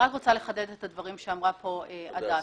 לחדד את הדברים שאמרה פה הדס.